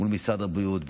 מול משרד הבריאות,